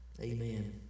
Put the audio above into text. Amen